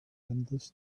endless